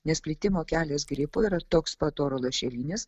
nes plitimo kelias gripo yra toks pat oro lašelinis